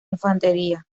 infantería